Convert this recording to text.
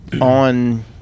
on